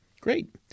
Great